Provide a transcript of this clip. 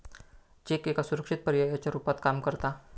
check एका सुरक्षित पर्यायाच्या रुपात काम करता